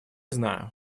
знаю